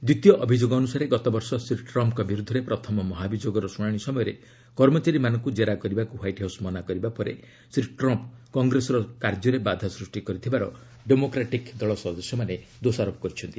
ଦ୍ୱିତୀୟ ଅଭିଯୋଗ ଅନ୍ଦସାରେ ଗତବର୍ଷ ଶ୍ରୀ ଟ୍ରମ୍ଫ୍ଙ୍କ ବିର୍ଦ୍ଧରେ ପ୍ରଥମ ମହାଭିଯୋଗର ଶୁଣାଣି ସମୟରେ କର୍ମଚାରୀମାନଙ୍କୁ ଜେରା କରିବାକୁ ହ୍ୱାଇଟ୍ ହାଉସ୍ ମନା କରିବା ପରେ ଶ୍ରୀ ଟ୍ରମ୍ପ୍ କଂଗ୍ରେସର କାର୍ଯ୍ୟରେ ବାଧା ସୃଷ୍ଟି କରିଥିବାର ଡେମୋକ୍ରାଟିକ୍ ଦଳ ସଦସ୍ୟମାନେ ଦୋଷାରୋପ କରିଛନ୍ତି